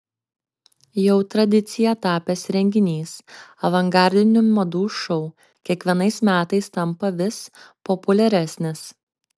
jau tradicija tapęs renginys avangardinių madų šou kiekvienais metais tampa vis populiaresnis